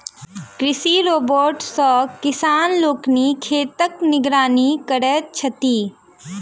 कृषि रोबोट सॅ किसान लोकनि खेतक निगरानी करैत छथि